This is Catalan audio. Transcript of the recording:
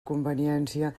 conveniència